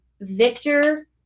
Victor